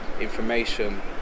information